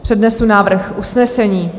Přednesu návrh usnesení.